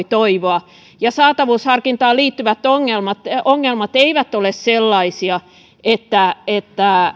toivoa ja saatavuusharkintaan liittyvät ongelmat ongelmat eivät ole sellaisia että että